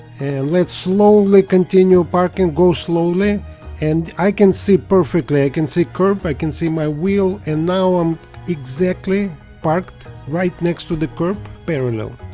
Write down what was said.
and let's slowly continue parking go slowly and i can see perfectly i can see curb i can see my wheel and now i'm exactly parked right next to the curb parallel